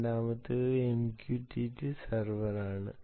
രണ്ടാമത്തേത് MQTT server ആണ്